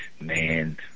Man